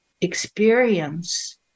experience